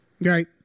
right